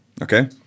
Okay